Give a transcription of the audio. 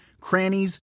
crannies